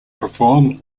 perform